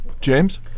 James